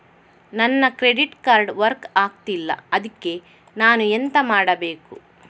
ನನ್ನ credit card work ಆಗ್ತಿಲ್ಲ ಅದ್ಕೆ ನಾನು ಎಂತ ಮಾಡಬೇಕು?